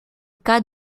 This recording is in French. cas